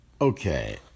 Okay